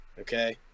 Okay